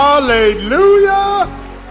hallelujah